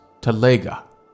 Talega